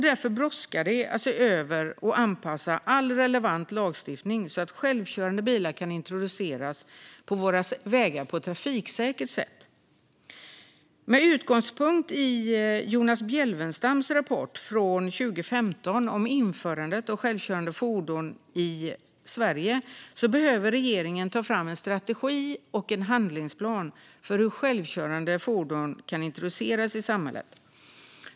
Därför brådskar det att se över och anpassa all relevant lagstiftning så att självkörande bilar kan introduceras på våra vägar på ett trafiksäkert sätt. Med utgångspunkt i Jonas Bjelfvenstams rapport från 2015 om införandet av självkörande fordon i Sverige behöver regeringen ta fram en strategi och en handlingsplan för hur självkörande bilar kan introduceras i samhället.